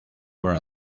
were